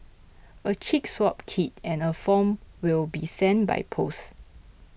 a cheek swab kit and a form will be sent by post